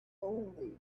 only